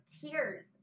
tears